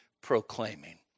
proclaiming